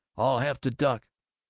i'll have to duck!